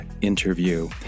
interview